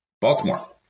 Baltimore